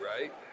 right